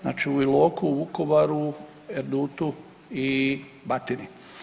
Znači u Iloku, Vukovaru, Erdutu i Batini.